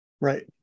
Right